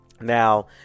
Now